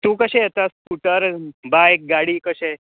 तूं कशें येता स्कुटर बायक गाडी कशें